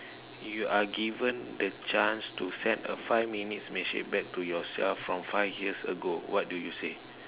you are given the chance to set a five minute message back to yourself from five years ago what do you say